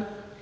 Kl.